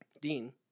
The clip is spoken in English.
Dean